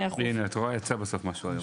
הנה, את רואה, יצא בסוף משהו היום.